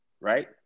right